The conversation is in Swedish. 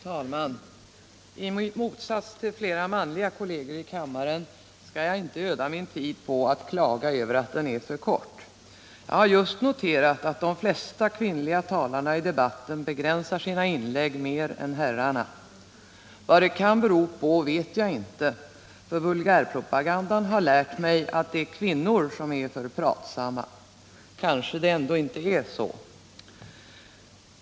Herr talman! I motsats till flera manliga kolleger i kammaren skall jag inte ödsla bort min tid på att klaga över att den är för kort. Jag har just noterat att de flesta kvinnliga talarna i debatten mer än herrarna begränsar sina inlägg. Vad det kan bero på vet jag inte. Vulgärpropagandan har ju lärt mig att det är kvinnorna som är för pratsamma. Kanske det ändå inte är så.